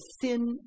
sin